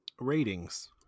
Ratings